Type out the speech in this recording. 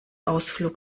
ausflug